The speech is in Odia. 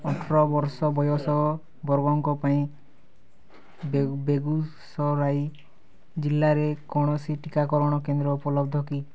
ଅଠର ବର୍ଷ ବୟସ ବର୍ଗଙ୍କ ପାଇଁ ବେଗୁ ବେଗୁସରାଇ ଜିଲ୍ଲାରେ କୌଣସି ଟିକାକରଣ କେନ୍ଦ୍ର ଉପଲବ୍ଧ କି